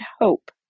hope